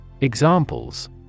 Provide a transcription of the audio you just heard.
Examples